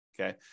Okay